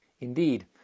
Indeed